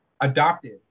adopted